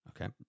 Okay